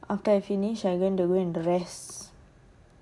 after I finish I going to the room to rest